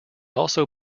also